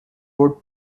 board